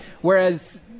Whereas